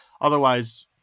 Otherwise